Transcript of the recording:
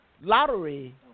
lottery